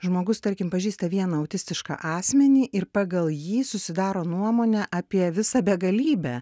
žmogus tarkim pažįsta vieną autistišką asmenį ir pagal jį susidaro nuomonę apie visą begalybę